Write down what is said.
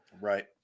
Right